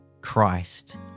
Christ